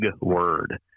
word